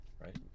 right